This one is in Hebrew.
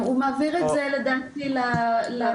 הוא מעביר את זה לדעתי למסגרות,